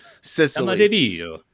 Sicily